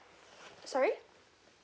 sorry